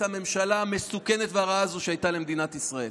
הממשלה המסוכנת והרעה הזאת שהייתה למדינת ישראל.